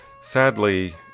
Sadly